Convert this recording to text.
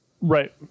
Right